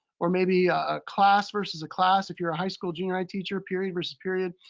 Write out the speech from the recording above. or maybe a class versus a class, if you're high school, junior high teacher, period versus period.